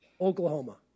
Oklahoma